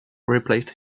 replaced